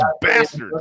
bastards